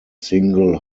single